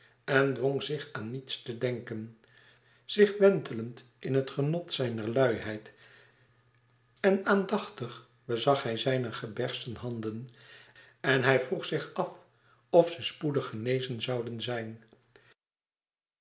en dwong zich aan niets te denken zich wentelend in het genot zijner luiheid en aandachtig bezag hij zijne gebersten handen en hij vroeg zich af of ze spoedig genezen zouden zijn